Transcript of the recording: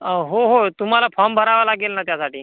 हो हो तुम्हाला फॉर्म भरावा लागेल ना त्यासाठी